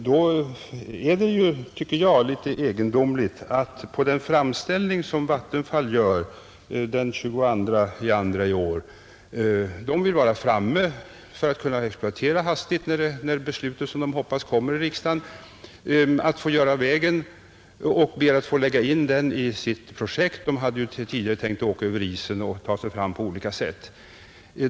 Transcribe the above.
Vattenfall vill kunna exploatera hastigt när beslutet, som man hoppas, fattas av riksdagen och gjorde en framställning till Kungl. Maj:t den 22 februari i år om att få bygga vägen och få lägga in den i sitt projekt. Tidigare hade Vattenfall tänkt åka över isen eller ta sig fram på andra sätt.